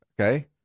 Okay